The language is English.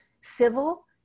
civil